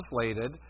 translated